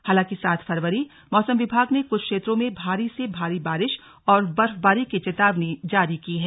हालांकि सात फरवरी मौसम विभाग ने कुछ क्षेत्रों में भारी से भारी बारिश और बर्फबारी की चेतावनी जारी की है